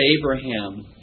Abraham